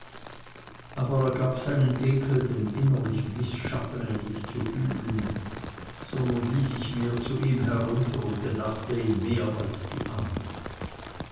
aber er gab seinen ekel dem innerlich mißschaffenen nicht zu fühlen sondern ließ sich mehr zu ihm herunter und bedachte ihn mehr als die andern